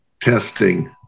testing